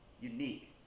Unique